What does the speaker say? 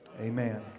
Amen